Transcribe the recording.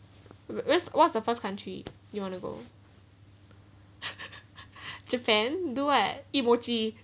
what's what's the first country you want to go japan do what eat mochi